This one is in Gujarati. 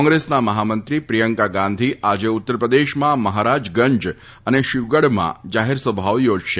કોંગ્રેસના મફામંત્રી પ્રિયંકા ગાંધી આજે ઉત્તર પ્રદેશમાં મફારાજગંજ અને શીવગઢમાં જાહેરસભાઓ યોજશે